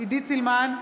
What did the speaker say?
עידית סילמן,